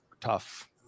tough